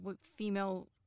female